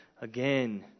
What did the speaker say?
again